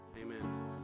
amen